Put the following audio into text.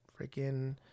freaking